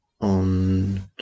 on